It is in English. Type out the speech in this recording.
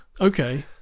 Okay